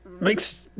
makes